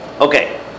Okay